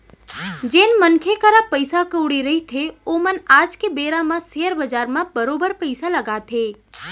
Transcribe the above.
जेन मनखे करा पइसा कउड़ी रहिथे ओमन आज के बेरा म सेयर बजार म बरोबर पइसा लगाथे